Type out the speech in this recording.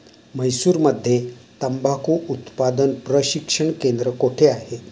म्हैसूरमध्ये तंबाखू उत्पादन प्रशिक्षण केंद्र कोठे आहे?